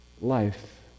life